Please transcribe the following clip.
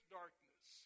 darkness